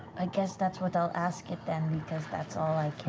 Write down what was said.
i guess that's what i'll ask it, then, because that's all i